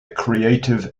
creative